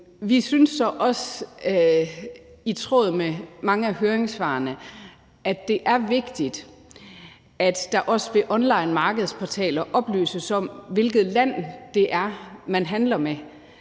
Vi synes så også, i tråd med mange af høringssvarene, at det er vigtigt, at der også ved onlinemarkedsportaler oplyses om, hvilket land det er, man handler med.